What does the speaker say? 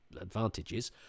advantages